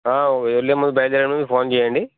వెళ్ళే ముందు బయలుదేరే ముందు ఫోన్ చేయండి